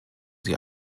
sie